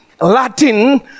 Latin